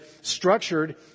structured